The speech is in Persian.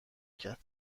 کرد